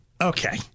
Okay